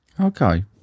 Okay